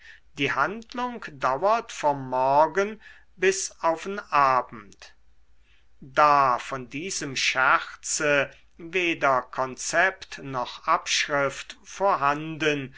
die handlung dauert vom morgen bis auf'n abend da von diesem scherze weder konzept noch abschrift vorhanden